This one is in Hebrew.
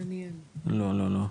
לא, לא.